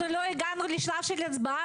אנחנו לא הגענו לשלב של הצבעה,